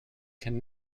can